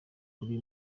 kuri